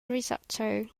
risotto